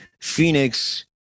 Phoenix